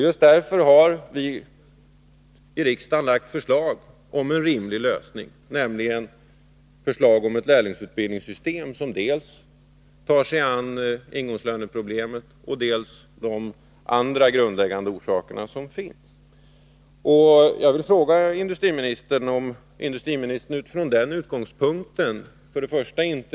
Just därför har vi i riksdagen lagt fram förslag om en rimlig lösning, nämligen förslag om ett lärlingsutbildningssystem, som tar sig an dels ingångslönerna, dels de andra grundläggande orsaker till problemen som finns.